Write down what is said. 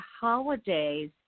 holidays